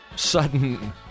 Sudden